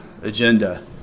agenda